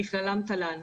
בכללם תל"ן.